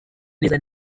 neza